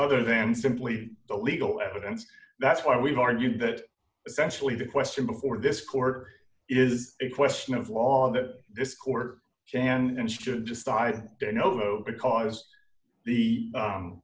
other than simply the legal evidence that's why we've argued that essentially the question before this court is a question of law that this court jan and should decide you know because the